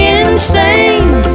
insane